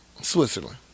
Switzerland